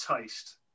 taste